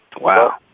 Wow